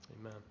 Amen